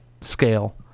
scale